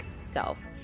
self